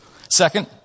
Second